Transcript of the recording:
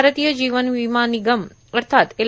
भारतीय जीवन विमा निगम अथात एल